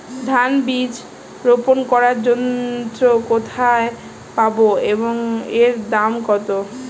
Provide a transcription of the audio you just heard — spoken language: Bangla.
ধান বীজ রোপন করার যন্ত্র কোথায় পাব এবং এর দাম কত?